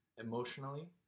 emotionally